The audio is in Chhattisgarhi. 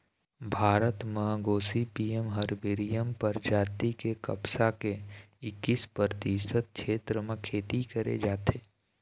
भारत म गोसिपीयम हरबैसियम परजाति के कपसा के एक्कीस परतिसत छेत्र म खेती करे जाथे